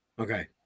Okay